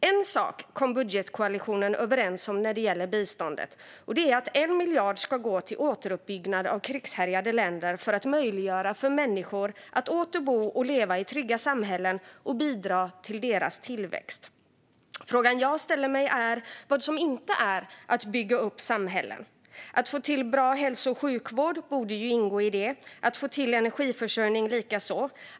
En sak kom budgetkoalitionen överens om när det gäller biståndet, och det är att 1 miljard ska gå till återuppbyggnad av krigshärjade länder för att möjliggöra för människor att åter bo och leva i trygga samhällen och att bidra till deras tillväxt. Frågan jag ställer mig är vad som inte är att bygga upp samhällen. Att få till bra hälso och sjukvård borde ju ingå i det, att få till energiförsörjning likaså.